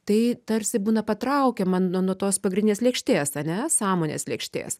tai tarsi būna patraukia man nuo nuo tos pagrindinės lėkštės ane sąmonės lėkštės